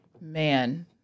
man